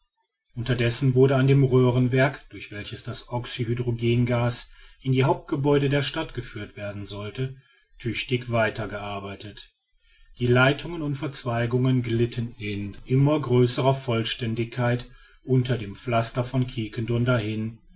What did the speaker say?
unterdessen wurde an dem röhrenwerk durch welches das oxyhydrogengas in die hauptgebäude der stadt geführt werden sollte tüchtig weiter gearbeitet die leitungen und verzweigungen glitten in immer größerer vollständigkeit unter dem pflaster von quiquendone dahin